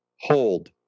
Hold